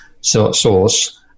source